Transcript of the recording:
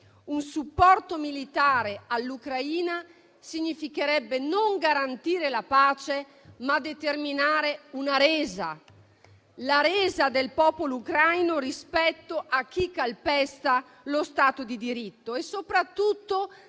un supporto militare all'Ucraina non significherebbe garantire la pace, ma determinare una resa: la resa del popolo ucraino rispetto a chi calpesta lo Stato di diritto. Soprattutto,